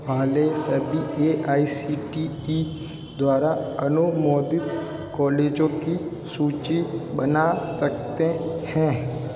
आले सभी A I C T T द्वारा अनुमोदित कॉलेजों की सूची बना सकते हैं